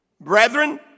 Brethren